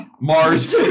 Mars